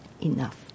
enough